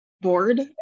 bored